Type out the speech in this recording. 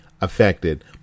affected